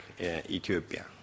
Ethiopia